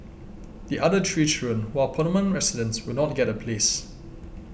the other three children who are permanent residents will not get a place